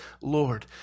Lord